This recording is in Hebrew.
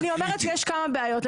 אני אומרת שיש כמה בעיות.